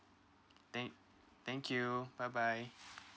mm thank you bye bye